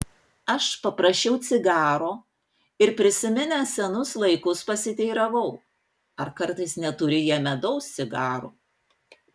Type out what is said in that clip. aš paprašiau cigaro ir prisiminęs senus laikus pasiteiravau ar kartais neturi jie medaus cigarų